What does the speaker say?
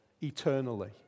eternally